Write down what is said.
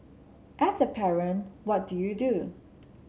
as a parent what do you do